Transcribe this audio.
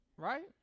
Right